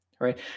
right